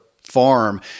farm